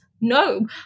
No